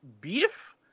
beef